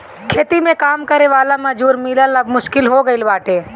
खेती में काम करे वाला मजूर मिलल अब मुश्किल हो गईल बाटे